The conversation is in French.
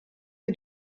est